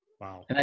Wow